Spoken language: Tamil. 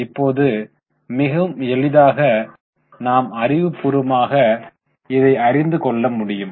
இப்போது மிகவும் எளிதாக நாம் அறிவு பூர்வமாக இதை அறிந்து கொள்ள முடியும்